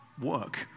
work